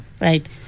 right